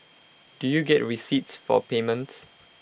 do you get receipts for payments